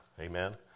Amen